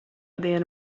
diena